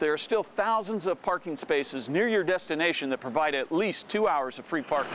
are still thousands of parking spaces near your destination that provide at least two hours of free park